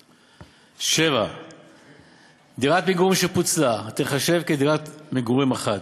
7. דירת מגורים שפוצלה תיחשב חדירת מגורים אחת,